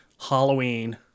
Halloween